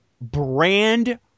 brand